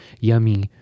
Yummy